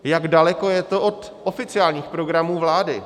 Jak daleko je to od oficiálních programů vlády?